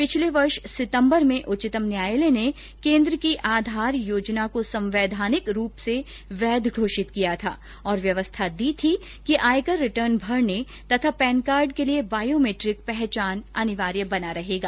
पिछले वर्ष सितंबर में उच्चतम न्यायालय ने केन्द्र की आधार योजना को संवैधानिक रूप से वैध घोषित किया था और व्यवस्था दी थी कि आयकर रिटर्न भरने तथा पैन कार्ड के लिए बायोमेट्रिक पहचान अनिवार्य बना रहेगा